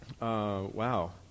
Wow